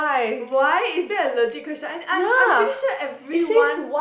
why is that a legit question I'm I'm pretty sure everyone